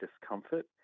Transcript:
discomfort